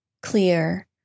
clear